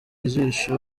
jisho